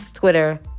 Twitter